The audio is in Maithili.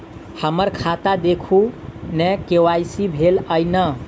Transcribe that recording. हम्मर खाता देखू नै के.वाई.सी भेल अई नै?